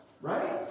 right